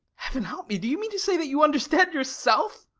heaven help me, do you mean to say that you understand yourself?